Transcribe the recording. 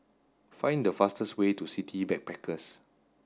find the fastest way to City Backpackers